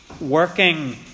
working